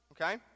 Okay